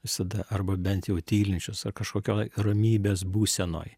visada arba bent jau tylinčius ar kažkokioj ramybės būsenoj